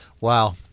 wow